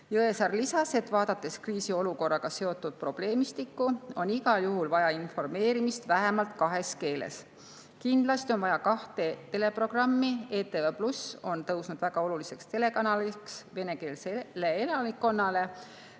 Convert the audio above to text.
Jõesaar lisas, et vaadates kriisiolukorraga seotud probleemistikku, on igal juhul vaja informeerimist vähemalt kahes keeles. Kindlasti on vaja kahte teleprogrammi. ETV+ on tõusnud väga oluliseks telekanaliks venekeelse elanikkonna